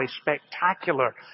spectacular